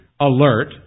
alert